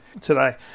today